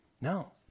No